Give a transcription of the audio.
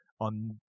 on